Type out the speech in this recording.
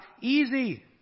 easy